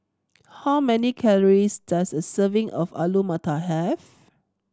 how many calories does a serving of Alu Matar have